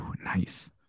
Nice